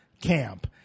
camp